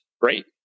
Great